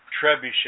trebuchet